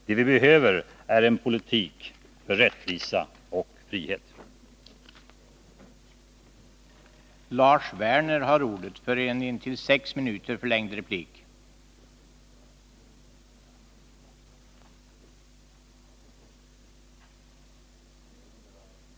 Det vi behöver är en politik för rättvisa och frihet.